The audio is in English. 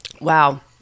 Wow